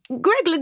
Greg